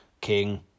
King